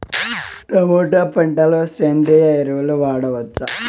Tomato పంట లో సేంద్రియ ఎరువులు వాడవచ్చా?